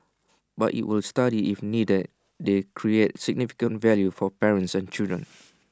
but IT will study if needed they create significant value for parents and children